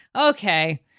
Okay